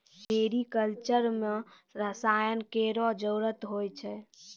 मेरी culture म रसायन केरो जरूरत होय छै